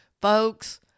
Folks